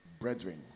brethren